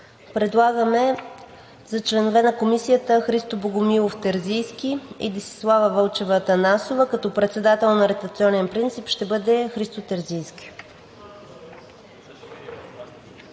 Предлагаме за членове на Комисията Христо Богомилов Терзийски и Десислава Вълчева Атанасова, като председател на ротационен принцип ще бъде Христо Терзийски.